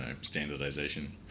standardization